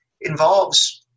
involves